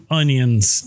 onions